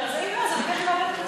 רגע.